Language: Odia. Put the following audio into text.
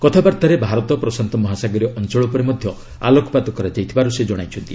କଥାବାର୍ତ୍ତାରେ ଭାରତ ପ୍ରଶାନ୍ତ ମହାସାଗରୀୟ ଅଞ୍ଚଳ ଉପରେ ମଧ୍ୟ ଆଲୋକପାତ କରାଯାଇଥିବାର ସେ ଜଣାଇଛନ୍ତି